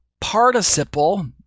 participle